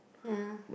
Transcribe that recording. yeah